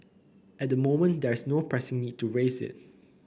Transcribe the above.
at the moment there's no pressing need to raise it